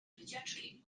wycieczki